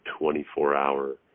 24-hour